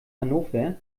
hannover